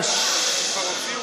אני עדיין לא עברתי,